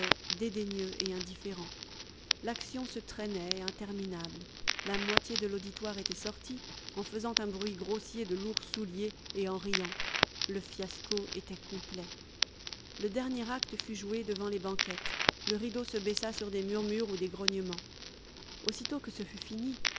dédaigneux et indifférent l'action se traînait interminable la moitié de l'auditoire était sortie eu faisant un bruit grossier de lourds souliers et en riant le fiisco était complet le dernier acte fut joué devant les banquettes le rideau se baissa sur des murmures ou des grognements aussitôt que ce fut fini